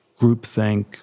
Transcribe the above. groupthink